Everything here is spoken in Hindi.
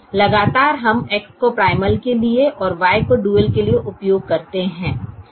लगातार हम X को प्राइमल के लिए और Y को डुअल के लिए उपयोग करते हैं